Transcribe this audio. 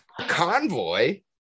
convoy